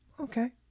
Okay